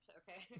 okay